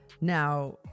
Now